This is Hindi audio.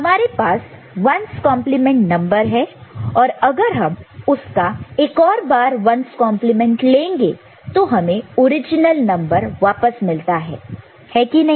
हमारे पास 1's complement 1's complement number है और अगर हम उसका एक और बार 1's कंपलीमेंट 1's complement लेंगे तो हमें ओरिजिनल नंबर वापस मिलता है है कि नहीं